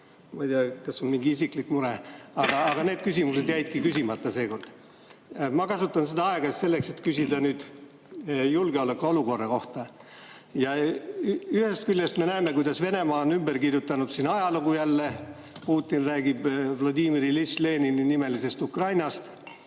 ma ei tea, kas on mingi isiklik mure –, aga need küsimused jäidki küsimata seekord. Ma kasutan seda aega selleks, et küsida julgeolekuolukorra kohta. Ühest küljest me näeme, kuidas Venemaa on jälle ajalugu ümber kirjutanud, Putin räägib Vladimir Iljitš Lenini nimelisest Ukrainast.